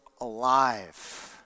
alive